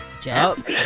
Jeff